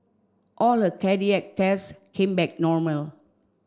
all her cardiac tests came back normal